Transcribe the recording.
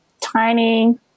tiny